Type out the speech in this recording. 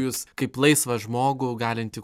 jus kaip laisvą žmogų galintį